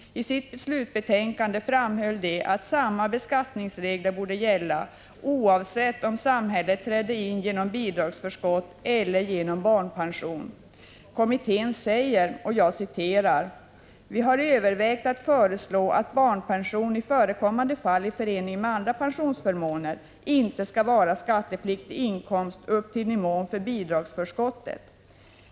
I sitt slutbetänkande framhöll utredningen att samma beskattningsregler borde gälla oavsett om samhället trädde in genom bidragsförskott eller genom barnpension. Kommittén sade: ”Vi har övervägt att föreslå att barnpension, i förekommande fall i förening med andra pensionsförmåner, inte skall vara skattepliktig inkomst upp till nivån för bidragsförskottet.